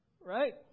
right